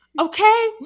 okay